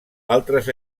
altres